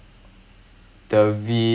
சும்மா கேட்டு:summa kaettu